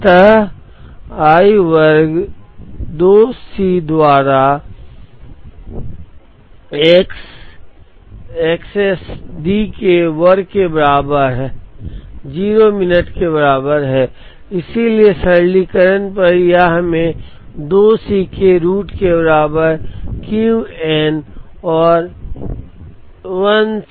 अतः I वर्ग 2 C द्वारा x x s D के Q वर्ग के बराबर 0 मिनट के बराबर है इसलिए सरलीकरण पर यह हमें 2 C के रूट के बराबर Q n और I C द्वारा विभाजित x C s के प्लस बार के बराबर प्रदान करेगा